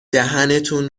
دهنتون